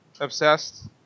obsessed